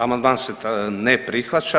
Amandman se ne prihvaća.